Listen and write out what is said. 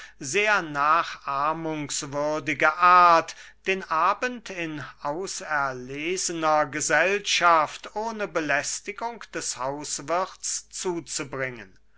sehr nachahmungswürdige art den abend in auserlesener gesellschaft ohne belästigung des hauswirths zuzubringen